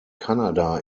kanada